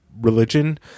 religion